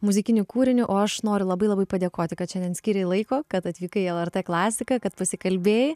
muzikiniu kūriniu aš noriu labai labai padėkoti kad šiandien skiri laiko kad atvykai į lrt klasiką kad pasikalbėjai